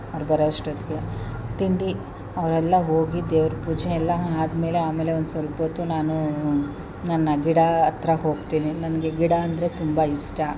ಅವ್ರು ಬರೋ ಅಷ್ಟೊತ್ತಿಗೆ ತಿಂಡಿ ಅವರೆಲ್ಲಾ ಹೋಗಿ ದೇವರ ಪೂಜೆಯೆಲ್ಲಾ ಆದಮೇಲೆ ಆಮೇಲೆ ಒಂದು ಸ್ವಲ್ಪ ಹೊತ್ತು ನಾನು ನನ್ನ ಗಿಡ ಹತ್ರ ಹೋಗ್ತೀನಿ ನನಗೆ ಗಿಡ ಅಂದರೆ ತುಂಬ ಇಷ್ಟ